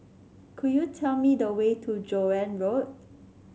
could you tell me the way to Joan Road